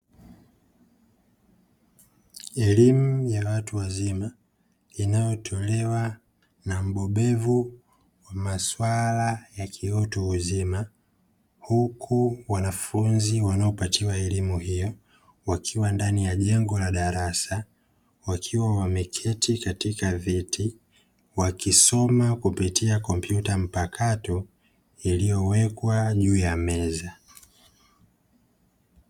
Elimu ya watu wazima inayotolewa na mbobevu wa maswala ya kiutu uzima, huku wanafunzi wanaopatiwa elimu hiyo wakiwa ndani ya jengo la darasa wakiwa wameketi katika viti wakisoma kupitia kompyuta mpakato iliyowekwa juu ya meza.